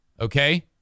Okay